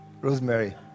Rosemary